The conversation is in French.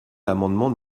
l’amendement